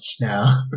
now